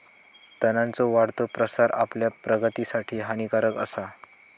तणांचो वाढतो प्रसार आपल्या प्रगतीसाठी हानिकारक आसा